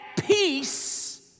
peace